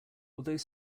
although